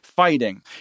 fighting